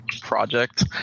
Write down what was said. project